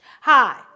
Hi